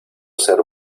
ser